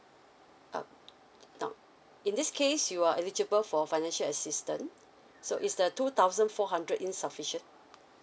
uh no in this case you are eligible for financial assistance so is the two thousand four hundred insufficient